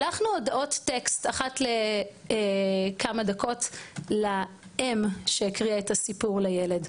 שלחנו הודעות טקסט אחת לכמה דקות לאם שקריאה את הסיפור לילד.